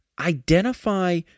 identify